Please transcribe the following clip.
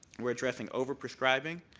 we're addressing overprescribing,